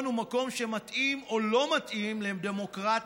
הוא מקום שמתאים או לא מתאים לדמוקרטיות,